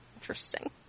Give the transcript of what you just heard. Interesting